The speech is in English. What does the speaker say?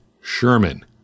Sherman